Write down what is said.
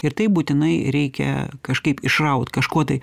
ir tai būtinai reikia kažkaip išraut kažkuo tai